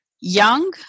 young